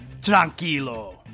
tranquilo